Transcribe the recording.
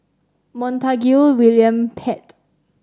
Montague William Pett